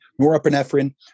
norepinephrine